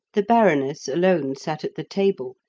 the baroness alone sat at the table,